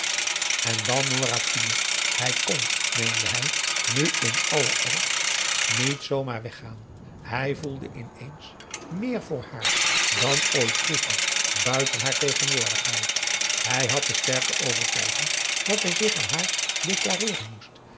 en dan nora tiele hij kon meende hij nu in allen ernst niet z maar weg gaan hij voelde ineens meer voor haar dan ooit vroeger buiten haar tegenwoordigheid hij had de sterke overtuiging dat hij zich aan haar